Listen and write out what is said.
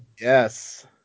Yes